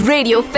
Radio